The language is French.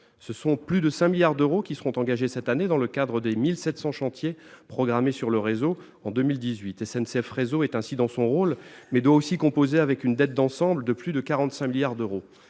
Ce sont plus de 5 milliards d'euros qui seront engagés cette année dans le cadre des 1 700 chantiers programmés sur le réseau pour l'année 2018. SNCF Réseau est ainsi dans son rôle, mais doit aussi composer avec une dette abyssale de plus de 45 milliards d'euros.